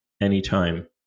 anytime